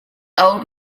old